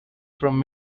from